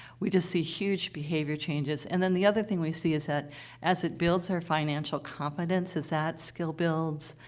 we just see huge behavior changes. and then, the other thing we see is that as it builds their financial confidence, as that skill builds,